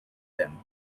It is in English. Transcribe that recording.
them